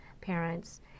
parents